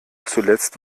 zuletzt